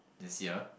this year